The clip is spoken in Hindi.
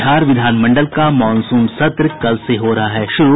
बिहार विधानमंडल का मॉनसून सत्र कल से हो रहा है शुरू